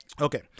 Okay